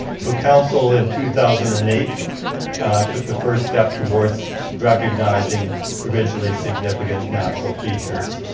so council in two thousand and eight took the first step towards recognizing provincially significant natural features.